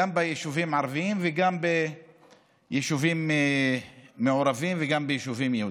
גם ביישובים הערביים וגם ביישובים מעורבים וגם ביישובים יהודיים.